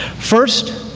first,